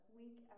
week